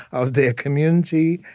of their community.